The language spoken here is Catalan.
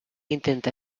intenta